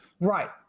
Right